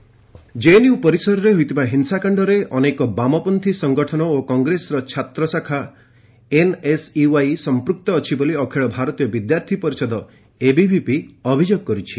JNU ABVP JNU ପରିସରରେ ହୋଇଥିବା ହିଂସାକାଣ୍ଡରେ ଅନେକ ବାମପନ୍ଥୀ ସଂଗଠନ ଓ କଂଗ୍ରେସର ଛାତ୍ର ଶାଖା ଏନ୍ଏସ୍ୟୁଆଇ ସଂପୂକ୍ତ ଅଛି ବୋଲି ଅଖିଳ ଭାରତୀୟ ବିଦ୍ୟାର୍ଥୀ ପରିଷଦ ଏବିଭିପି ଅଭିଯୋଗ କରିଛି